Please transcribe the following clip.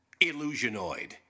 Illusionoid